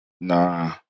Nah